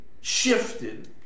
shifted